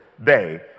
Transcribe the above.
Day